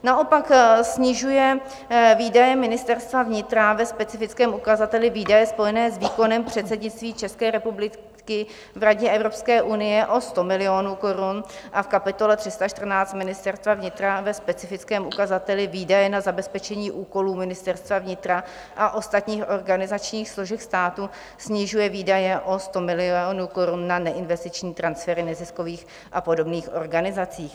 Naopak snižuje výdaje Ministerstva vnitra ve specifickém ukazateli Výdaje spojené s výkonem předsednictví České republiky v Radě Evropské unie o 100 milionů korun a v kapitole 314 Ministerstva vnitra ve specifickém ukazateli Výdaje na zabezpečení úkolů Ministerstva vnitra a ostatních organizačních složek státu snižuje výdaje o 100 milionů korun na neinvestiční transfery neziskových a podobných organizací.